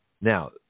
Now